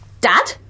dad